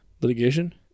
Litigation